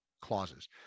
clauses